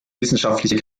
wissenschaftliche